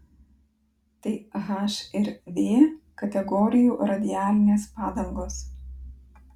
tai h ir v kategorijų radialinės padangos